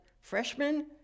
freshman